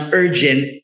urgent